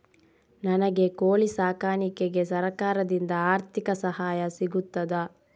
ನನಗೆ ಕೋಳಿ ಸಾಕಾಣಿಕೆಗೆ ಸರಕಾರದಿಂದ ಆರ್ಥಿಕ ಸಹಾಯ ಸಿಗುತ್ತದಾ?